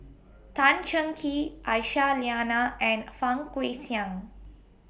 Tan Cheng Kee Aisyah Lyana and Fang Guixiang